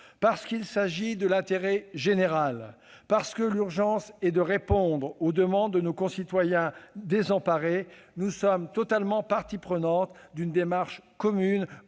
parce qu'il s'agit de l'intérêt général et parce que l'urgence est de répondre aux demandes de nos concitoyens désemparés, nous sommes totalement partie prenante d'une démarche commune,